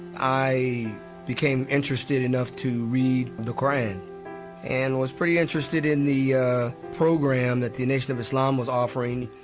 i became interested enough to read the qur'an and was pretty interested in the program that the nation of islam was offering,